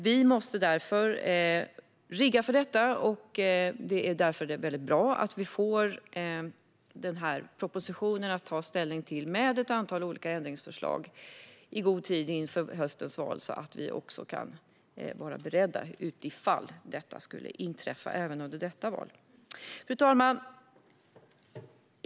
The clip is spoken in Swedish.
Vi måste därför rigga för detta, och därför är det väldigt bra att vi får den här propositionen med ett antal olika ändringsförslag att ta ställning till i god tid inför höstens val så att vi kan vara beredda om det här skulle inträffa även under detta val. Fru talman!